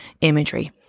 imagery